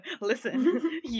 Listen